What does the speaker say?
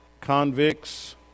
Convicts